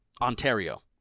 ontario